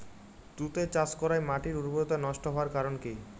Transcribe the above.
তুতে চাষ করাই মাটির উর্বরতা নষ্ট হওয়ার কারণ কি?